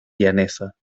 llaneza